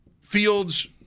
Fields